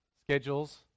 schedules